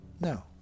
No